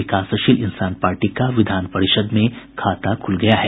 विकास शील इंसान पार्टी का विधान परिषद् में खाता खुल गया है